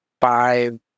five